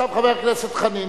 חבר הכנסת חנין,